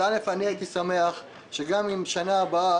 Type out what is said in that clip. הייתי שמח שגם בשנה הבאה,